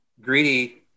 Greedy